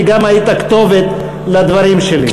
כי גם היית כתובת לדברים שלי.